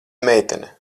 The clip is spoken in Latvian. meitene